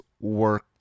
work